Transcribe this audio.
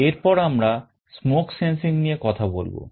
এরপর আমরা smoke sensing নিয়ে কথা বলবো